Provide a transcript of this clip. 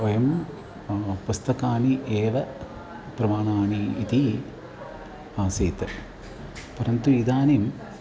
वयं पुस्तकानि एव प्रमाणानि इति आसीत् परन्तु इदानीम्